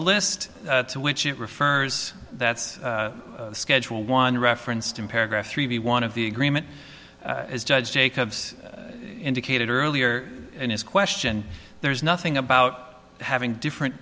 list to which it refers that's schedule one referenced in paragraph three be one of the agreement as judge jacobs indicated earlier in his question there is nothing about having different